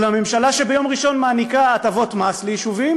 או לממשלה שביום ראשון מעניקה הטבות מס ליישובים